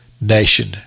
nation